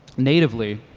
natively,